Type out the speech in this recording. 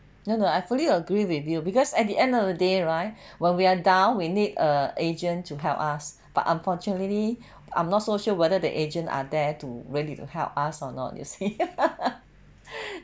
no no I fully agree with you because at the end of the day right when we are down we need a agent to help us but unfortunately I'm not so sure whether the agent are there to ready to help us or not you see